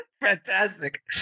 Fantastic